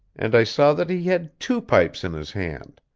and i saw that he had two pipes in his hand.